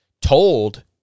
told